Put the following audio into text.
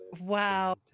wow